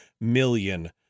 million